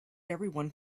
everyone